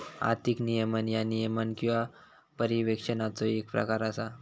आर्थिक नियमन ह्या नियमन किंवा पर्यवेक्षणाचो येक प्रकार असा